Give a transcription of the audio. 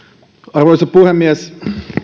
arvoisa puhemies